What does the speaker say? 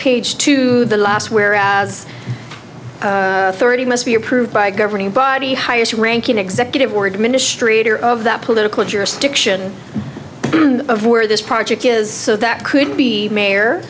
page to the last whereas thirty must be approved by a governing body highest ranking executive order to ministry it or of that political jurisdiction of where this project is so that could be mayor